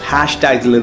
Hashtags